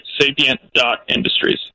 sapient.industries